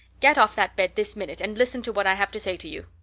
get off that bed this minute and listen to what i have to say to you.